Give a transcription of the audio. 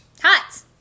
Hot